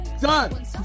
Done